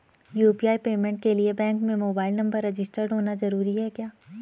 UPI payment के लिए bank में मोबाइल नंबर रजिस्टर्ड होना जरूरी है क्या?